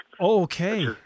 Okay